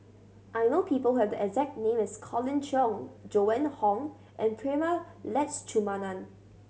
I know people who have the exact name as Colin Cheong Joan Hon and Prema Letchumanan